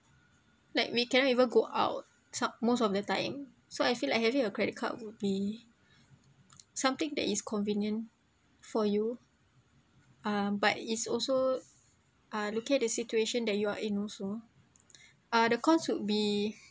like we cannot even go out sa~ most of the time so I feel like having a credit card would be something that is convenient for you ah but is also ah look at the situation that you are in also uh the cons would be